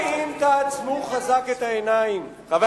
וגם אם תעצמו חזק את העיניים,